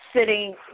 sitting